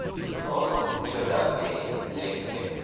this would also trigger a link click,